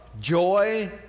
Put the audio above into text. joy